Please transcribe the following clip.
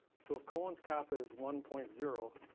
so if cohen's kappa is one point zero,